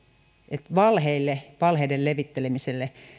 eli valheille valheiden levittelemiselle